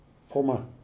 former